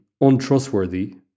untrustworthy